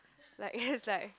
like it's like